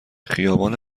خیابان